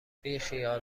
بیخیال